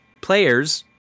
players